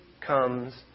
comes